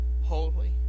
holy